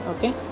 Okay